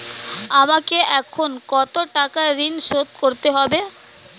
আমাকে এখনো কত টাকা ঋণ শোধ করতে হবে?